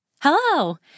Hello